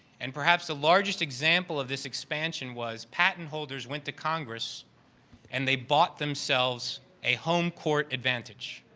and perhaps the largest example of this expansion was patent holders went to congress and they bought themselves a home court advantage.